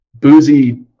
boozy